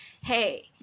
hey